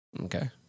Okay